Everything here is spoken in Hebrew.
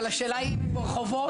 אבל השאלה היא אם הם ברחובות.